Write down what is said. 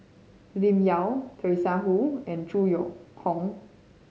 Lim Yau Teresa Hsu and Zhu Hong